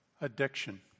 addiction